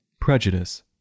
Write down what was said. prejudice